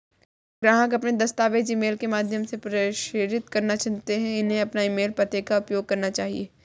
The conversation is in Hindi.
ग्राहक अपने दस्तावेज़ ईमेल के माध्यम से प्रेषित करना चुनते है, उन्हें अपने ईमेल पते का उपयोग करना चाहिए